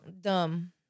Dumb